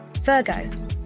Virgo